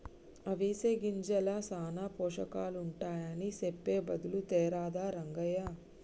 అవిసె గింజల్ల సానా పోషకాలుంటాయని సెప్పె బదులు తేరాదా రంగయ్య